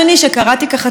כשקראתי ככה טוב,